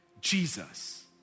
Jesus